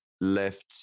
left